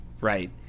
right